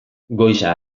goiza